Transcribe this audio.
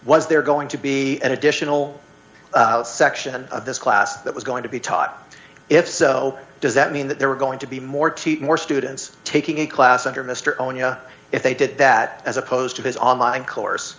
was there going to be an additional section of this class that was going to be taught if so does that mean that there were going to be more teach more students taking a class under mr onya if they did that as opposed to his online course